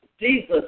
Jesus